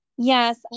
Yes